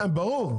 ברור.